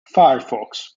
firefox